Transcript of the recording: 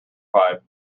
pipe